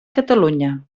catalunya